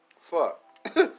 Fuck